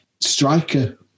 striker